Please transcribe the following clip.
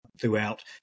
throughout